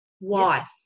Wife